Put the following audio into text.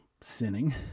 sinning